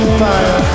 fire